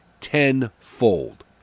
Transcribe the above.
tenfold